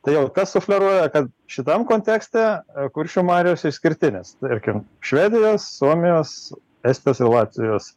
tai jau kas sufleruoja kad šitam kontekste kuršių marios išskirtinės tarkim švedijos suomijos estijos ir latvijos